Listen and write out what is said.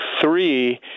three